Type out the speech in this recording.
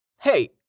Hey